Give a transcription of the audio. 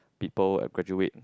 people uh graduate